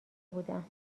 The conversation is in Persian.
بودم